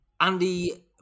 Andy